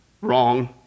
Wrong